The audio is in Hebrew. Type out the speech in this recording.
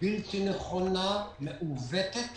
בלתי נכונה, מעוותת,